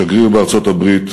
שגריר בארצות-הברית,